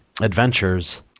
adventures